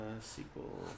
sequel